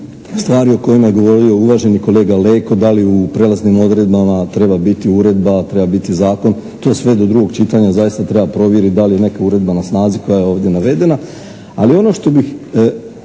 stvari o kojima je govorio uvaženi kolega Leko, da li u prijelaznim odredbama treba biti uredba, treba biti zakon. To sve do drugog čitanja, zaista, treba provjeriti da li je neka uredba na snazi koja je ovdje navedena.